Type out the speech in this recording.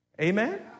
Amen